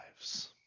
lives